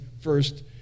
first